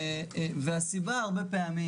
הסיבה הרבה פעמים,